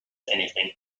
anything